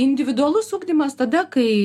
individualus ugdymas tada kai